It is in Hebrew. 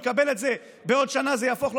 הוא יקבל את זה ובעוד שנה זה יהפוך לו